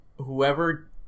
Whoever